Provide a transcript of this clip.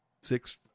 six